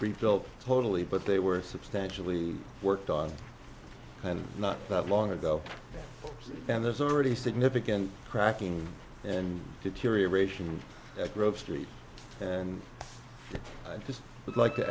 rebuilt totally but they were substantially worked on and not long ago and there's already significant cracking and deterioration at grove street and i'd just like to